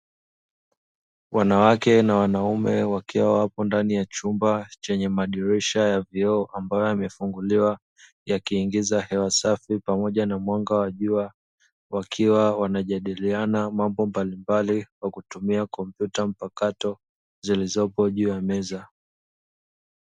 Wanawake na wanaume wakiwa wapo ndani ya chumba chenye madirisha ya vioo ambayo yamefunguliwa, yakiingiza hewa safi pamoja na mwanga wa jua, wakiwa wanajadiliana mambo mbalimbali kwa kutumia kompyuta mpakato zilizopo juu ya meza.